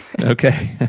Okay